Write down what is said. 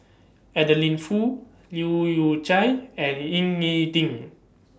Adeline Foo Leu Yew Chye and Ying E Ding